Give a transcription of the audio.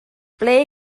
ble